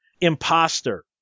Imposter